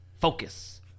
Focus